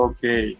Okay